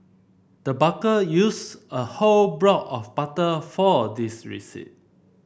the baker used a whole block of butter for this recipe